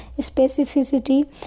specificity